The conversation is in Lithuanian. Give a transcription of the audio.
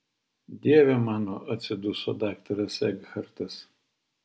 dieve mano atsiduso daktaras ekhartas